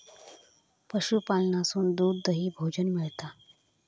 पशूपालनासून दूध, दही, भोजन मिळता